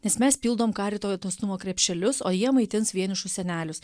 nes mes pildom karito dosnumo krepšelius o jie maitins vienišus senelius